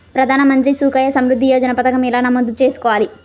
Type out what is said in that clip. ప్రధాన మంత్రి సుకన్య సంవృద్ధి యోజన పథకం ఎలా నమోదు చేసుకోవాలీ?